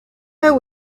there